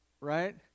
Right